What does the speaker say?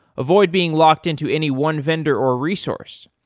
avoid being locked into any one vendor or resource.